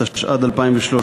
(תיקון), התשע"ד 2013,